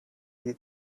you